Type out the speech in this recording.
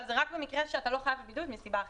אבל זה רק במקרה שאתה לא חייב בבידוד מסיבה אחרת.